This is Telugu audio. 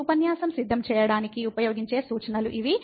ఈ ఉపన్యాసం సిద్ధం చేయడానికి ఉపయోగించే సూచనలు ఇవి